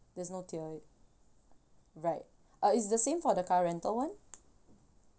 there's no tier right uh it's the same for the car rental one